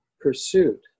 pursuit